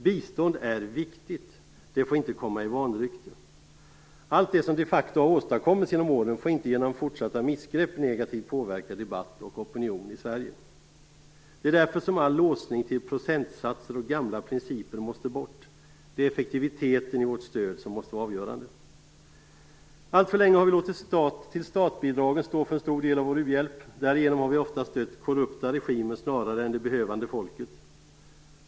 Biståndet är viktigt. Det får inte komma i vanrykte. Allt det som de facto har åstadkommits genom åren får inte förstöras genom fortsatta missgrepp som negativ påverkar debatten och opinionen i Sverige. Det är därför all låsning till procentsatser och gamla principer måste bort. Det är effektiviteten i vårt stöd som måste vara avgörande. Alltför länge har vi låtit stat-till-stat-bidragen stå för en stor del av vår u-hjälp. Därigenom har vi ofta stött korrupta regimer snarare än det behövande folket.